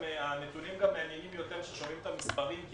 הנתונים מעניינים יותר כששומעים את המספרים,